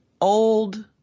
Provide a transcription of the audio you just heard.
old